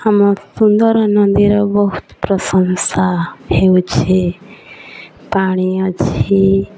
ଆମ ସୁନ୍ଦର ନଦୀର ବହୁତ ପ୍ରଶଂସା ହେଉଛି ପାଣି ଅଛି